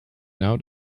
now